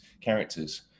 characters